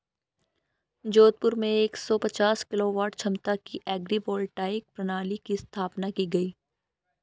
जोधपुर में एक सौ पांच किलोवाट क्षमता की एग्री वोल्टाइक प्रणाली की स्थापना की गयी